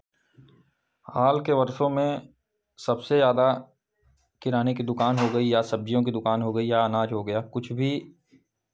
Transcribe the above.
हाल के वर्षों में सबसे ज़्यादा किराने की दुकान हो गई या सब्जियों की दुकान हो गई या अनाज हो गया कुछ भी